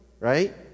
right